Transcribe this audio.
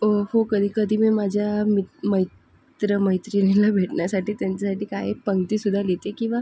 ओ हो कधी कधी मी माझ्या मित् मैत्रं मैत्रिणींना भेटण्यासाठी त्यांच्यासाठी काय पंक्तीसुद्धा लिहिते किंंवा